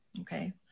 okay